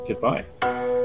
Goodbye